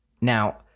Now